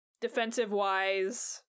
defensive-wise